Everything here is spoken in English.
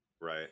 Right